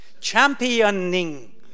Championing